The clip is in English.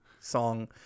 song